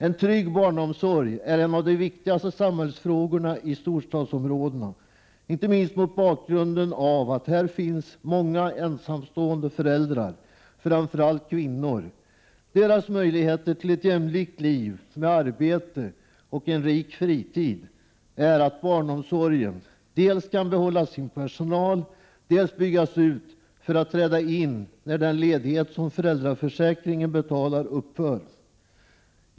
En trygg barnomsorg är en av de viktigaste samhällsfrågorna i storstadsområdena, inte minst mot bakgrund av att det här finns många ensamstående föräldrar, framför allt kvinnor. Deras möjligheter till ett jämlikt liv med arbete och en rik fritid är beroende av att barnomsorgen dels kan behålla sin personal, dels kan byggas ut för att träda in när den ledighet som föräldraförsäkringen betalar upphör.